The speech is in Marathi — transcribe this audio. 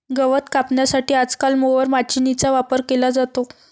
गवत कापण्यासाठी आजकाल मोवर माचीनीचा वापर केला जातो